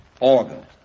organ